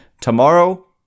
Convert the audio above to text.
tomorrow